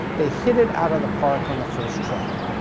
they hit it out of the park on the first try.